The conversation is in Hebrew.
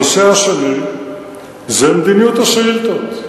הנושא השני הוא מדיניות השאילתות.